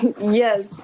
yes